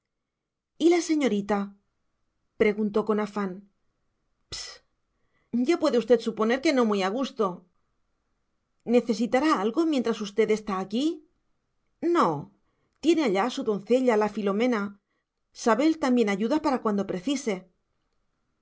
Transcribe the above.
y la señorita preguntó con afán pss ya puede usted suponer que no muy a gusto necesitará algo mientras usted está aquí no tiene allá a su doncella la filomena sabel también ayuda para cuanto se precise